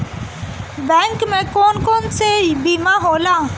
Bank में कौन कौन से बीमा होला?